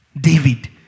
David